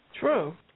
True